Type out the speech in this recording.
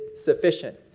sufficient